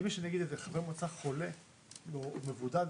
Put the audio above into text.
אם יש חבר מועצה חולה או בבידוד,